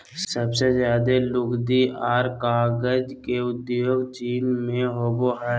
सबसे ज्यादे लुगदी आर कागज के उद्योग चीन मे होवो हय